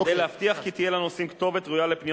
כדי להבטיח כי תהיה לנוסעים כתובת ראויה לפניות